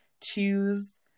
choose